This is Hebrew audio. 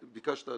אתה ביקשת,